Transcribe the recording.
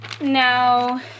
Now